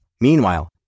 Meanwhile